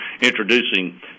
introducing